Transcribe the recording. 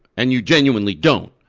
and you genuinely don't.